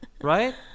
Right